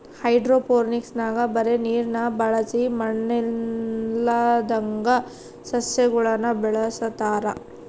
ಹೈಡ್ರೋಫೋನಿಕ್ಸ್ನಾಗ ಬರೇ ನೀರ್ನ ಬಳಸಿ ಮಣ್ಣಿಲ್ಲದಂಗ ಸಸ್ಯಗುಳನ ಬೆಳೆಸತಾರ